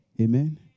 amen